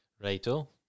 Righto